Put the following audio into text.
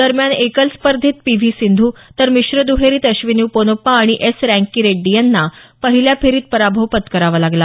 दरम्यान एकल स्पर्धेत पी व्ही सिंधू तर मिश्र दुहेरीत अश्विनी पोनप्पा आणि एस रँकी रेड्डी यांना पहिल्या फेरीत पराभव पत्करावा लागला